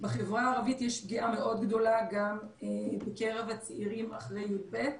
בחברה הערבית יש פגיעה מאוד גדולה גם בקרב הצעירים אחרי י"ב.